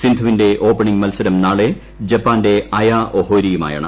സിന്ധുവിന്റെ ഓപ്പണിംഗ് മത്സരം നാളെ ജപ്പാന്റെ അയ ഒഹോരിയുമായാണ്